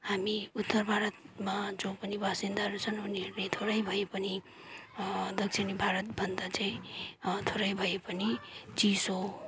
हामी उत्तर भारतमा जो पनि वासिन्दाहरू छन् उनीहरूले थोरै भए पनि दक्षिणी भारतभन्दा चाहिँ थोरै भए पनि चिसो